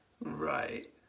Right